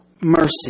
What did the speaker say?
mercy